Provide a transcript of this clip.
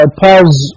pause